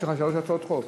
יש לך שלוש הצעות חוק.